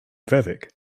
feddyg